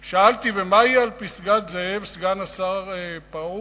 שאלתי: ומה יהיה על פסגת-זאב, סגן השר פרוש?